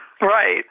Right